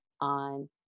on